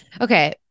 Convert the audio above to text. Okay